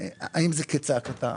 האם זה כצעקתה.